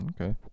Okay